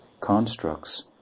constructs